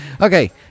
Okay